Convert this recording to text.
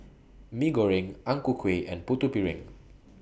Mee Goreng Ang Ku Kueh and Putu Piring